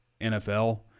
NFL